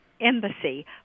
embassy